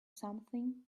something